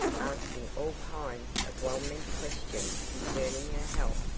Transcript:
asking all kinds of well-meant questions concerning her health.